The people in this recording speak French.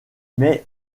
mais